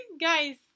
guys